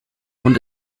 und